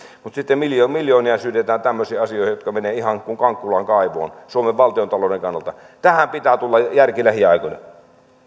mutta sitten miljoonia syydetään tämmöisiin asioihin jotka menevät ihan kuin kankkulan kaivoon suomen valtiontalouden kannalta tähän pitää tulla järki lähiaikoina